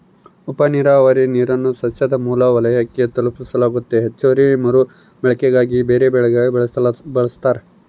ಉಪನೀರಾವರಿ ನೀರನ್ನು ಸಸ್ಯದ ಮೂಲ ವಲಯಕ್ಕೆ ತಲುಪಿಸಲಾಗ್ತತೆ ಹೆಚ್ಚುವರಿ ಮರುಬಳಕೆಗಾಗಿ ಬೇರೆಬೆಳೆಗೆ ಬಳಸ್ತಾರ